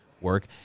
work